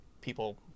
people